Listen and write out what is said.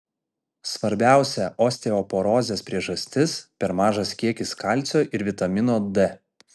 svarbiausia osteoporozės priežastis per mažas kiekis kalcio ir vitamino d